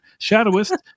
Shadowist